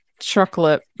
chocolate